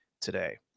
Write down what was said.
today